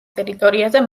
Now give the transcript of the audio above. ტერიტორიაზე